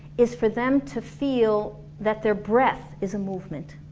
is for them to feel that their breath is a movement